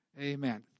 Amen